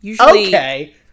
Okay